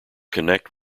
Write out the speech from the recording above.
connect